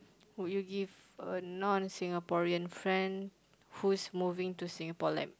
would you give a non Singaporean friend whose moving to Singapore life